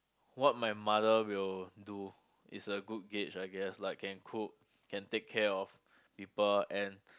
what my mother will do is a good gauge I guess like can cook can take care of people and